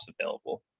available